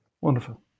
wonderful